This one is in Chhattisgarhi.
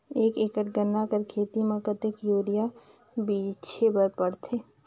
एक एकड़ गन्ना कर खेती म कतेक युरिया छिंटे बर पड़थे?